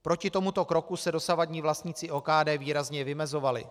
Proti tomuto kroku se dosavadní vlastníci OKD výrazně vymezovali.